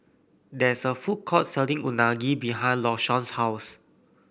there is a food court selling Unagi behind Lashawn's house